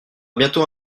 bientôt